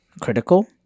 critical